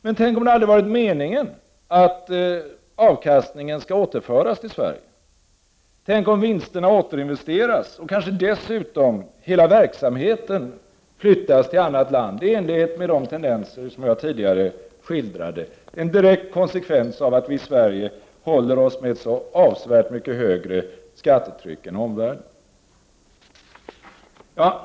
Men tänk om det aldrig har varit meningen att avkastningen skall återföras till Sverige? Tänk om vinsterna återinvesteras och kanske hela verksamheten dessutom flyttas till annat land, enligt de tendenser som jag tidigare skildrade, en direkt konsekvens av att Sverige håller sig med ett avsevärt högre skattetryck än omvärlden.